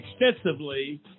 extensively